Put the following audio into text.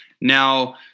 Now